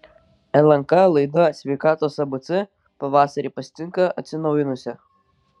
lnk laida sveikatos abc pavasarį pasitinka atsinaujinusi